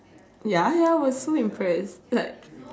ya ya I was so impressed like